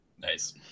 Nice